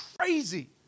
crazy